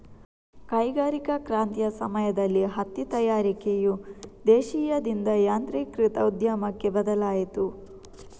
ಕೈಗಾರಿಕಾ ಕ್ರಾಂತಿಯ ಸಮಯದಲ್ಲಿ ಹತ್ತಿ ತಯಾರಿಕೆಯು ದೇಶೀಯದಿಂದ ಯಾಂತ್ರೀಕೃತ ಉದ್ಯಮಕ್ಕೆ ಬದಲಾಯಿತು